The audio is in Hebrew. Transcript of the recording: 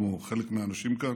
כמו חלק מהאנשים כאן,